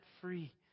free